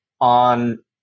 on